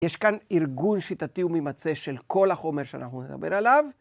יש כאן ארגון שיטתי וממצה של כל החומר שאנחנו נדבר עליו.